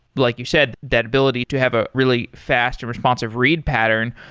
like you said, that ability to have a really fast and responsive read pattern,